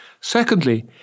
Secondly